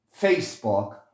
Facebook